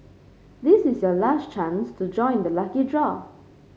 this is your last chance to join the lucky draw